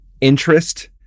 interest